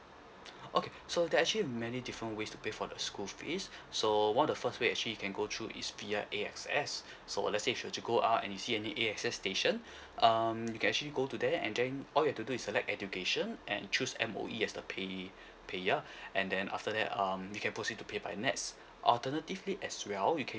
okay so there're actually many different ways to pay for the school fees so one of the first way is actually you can go through is pay by A_X_S so let say if you are to go out and you see any A_X_S station um you can actually go to there and then all you've to do is select education and choose M_O_E as the pay payer and then after that um you can proceed to pay by nets alternatively as well you can